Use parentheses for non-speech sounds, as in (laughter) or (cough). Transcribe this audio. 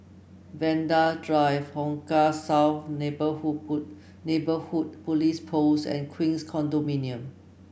Vanda Drive Hong Kah South Neighbourhood (unintelligible) Neighbourhood Police Post and Queens Condominium